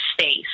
space